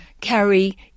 carry